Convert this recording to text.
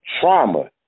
trauma